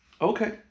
okay